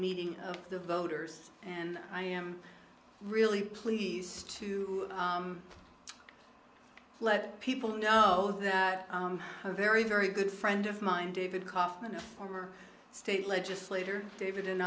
meeting of the voters and i am really pleased to let people know that a very very good friend of mine david kaufman a former state legislator david and